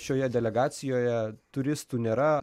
šioje delegacijoje turistų nėra